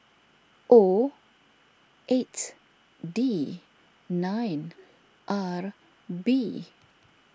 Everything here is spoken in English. O eight D nine R B